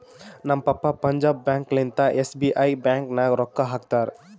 ನಮ್ ಪಪ್ಪಾ ಪಂಜಾಬ್ ಬ್ಯಾಂಕ್ ಲಿಂತಾ ಎಸ್.ಬಿ.ಐ ಬ್ಯಾಂಕ್ ನಾಗ್ ರೊಕ್ಕಾ ಹಾಕ್ತಾರ್